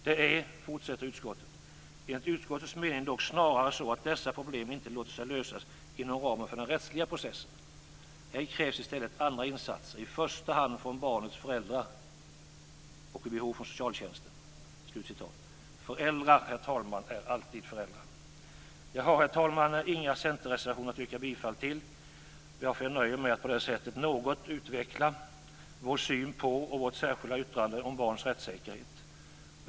- Det är enligt utskottets mening snarare så att dessa problem inte låter sig lösas inom ramen för den rättsliga processen. Här krävs i stället andra insatser, i första hand från barnets föräldrar och vid behov från socialtjänsten." Föräldrar, herr talman, är alltid föräldrar. Jag har, herr talman, inga Centerreservationer att yrka bifall till, varför jag nöjer mig med att på detta sätt något utveckla vår syn på och vårt särskilda yttrande om barns rättssäkerhet.